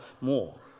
more